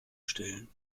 stellen